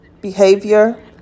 behavior